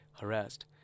harassed